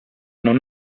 non